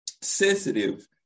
sensitive